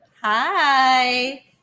hi